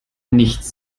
nichts